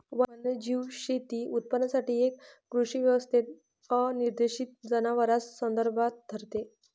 वन्यजीव शेती उत्पादनासाठी एक कृषी व्यवस्थेत अनिर्देशित जनावरांस संदर्भात धरते